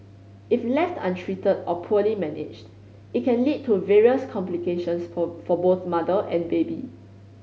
if left untreated or poorly managed it can lead to various complications for for both mother and baby